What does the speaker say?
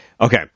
Okay